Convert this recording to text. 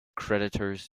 creditors